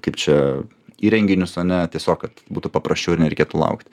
kaip čia įrenginius ane tiesiog kad būtų paprasčiau ir nereikėtų laukti